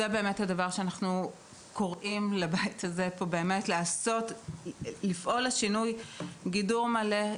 זה הדבר שלגביו אנחנו קוראים לבית הזה לפעול לשינוי ולקבוע גידור מלא.